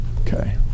Okay